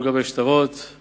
ישראל היא